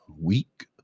week